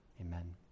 Amen